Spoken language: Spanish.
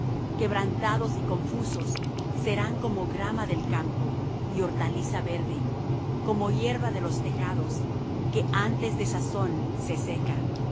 quebrantados y confusos serán como grama del campo y hortaliza verde como hierba de los tejados que antes de sazón se seca